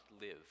live